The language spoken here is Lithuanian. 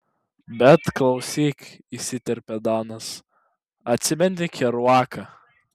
bet klausyk įsiterpė danas atsimeni keruaką